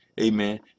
amen